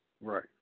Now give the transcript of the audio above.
Right